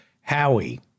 Howie